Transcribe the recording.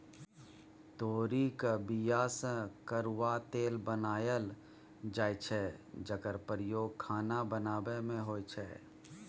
तोरीक बीया सँ करुआ तेल बनाएल जाइ छै जकर प्रयोग खाना बनाबै मे होइ छै